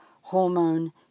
hormone